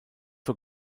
vor